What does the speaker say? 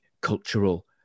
cultural